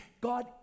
God